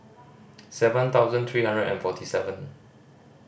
seven thousand three hundred and forty seven